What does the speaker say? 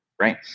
right